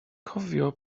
cofio